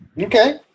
Okay